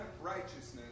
righteousness